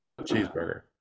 cheeseburger